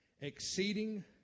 exceeding